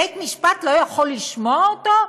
בית-משפט לא יכול לשמוע אותו?